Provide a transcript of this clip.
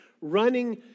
Running